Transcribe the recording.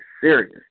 serious